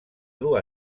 dur